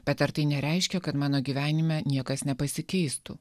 bet ar tai nereiškia kad mano gyvenime niekas nepasikeistų